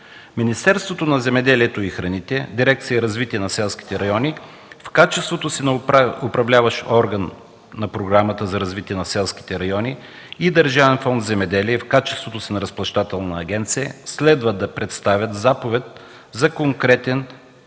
Министерството на земеделието и храните, дирекция „Развитие на селските райони“, в качеството си на управляващ орган на програмата за развитие на селските райони и Държавен фонд „Земеделие“ в качеството си на разплащателна агенция следва да представят заповед за конкретен период